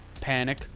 Panic